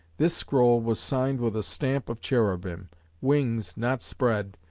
this scroll was signed with a stamp of cherubim wings, not spread,